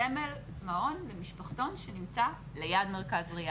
סמל מעון למשפחתון שנמצא ליד מרכז ריאן.